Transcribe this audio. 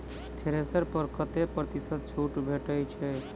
Thresher पर कतै प्रतिशत छूट भेटय छै?